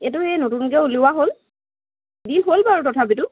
এইটো এই নতুনকৈ উলিওৱা হ'ল হ'ল বাৰু তথাপিতো